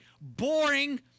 boring